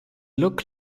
look